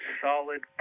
solid